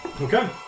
okay